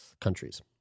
countries